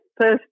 First